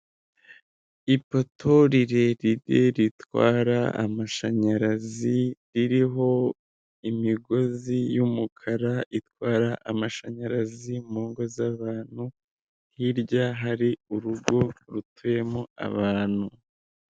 Ipoto rirerire ritwara amashanyarazi ririho imigozi y'umukara itwara amashanyarazi mu ngo z'abantu hirya hari urugo rutuyemo abantu.